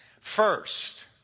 First